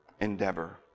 endeavor